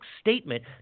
statement